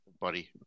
Buddy